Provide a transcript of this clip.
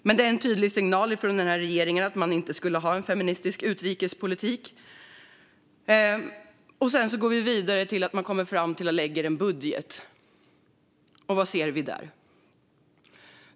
Men det är en tydlig signal från regeringen att man inte ska ha en feministisk utrikespolitik. Sedan går vi vidare till dess att regeringen kommer fram till en budget och lägger fram den. Och vad ser vi där?